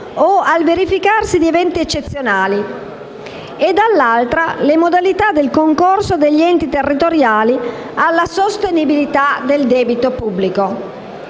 o al verificarsi di eventi eccezionali e, dall'altro, le modalità del concorso degli enti territoriali alla sostenibilità del debito pubblico,